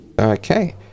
Okay